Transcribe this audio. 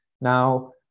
Now